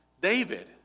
David